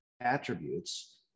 attributes